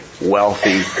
wealthy